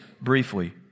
briefly